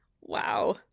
Wow